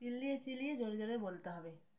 চিল্লিয়ে চিল্লিয়ে জোরে জোরে বলতে হবে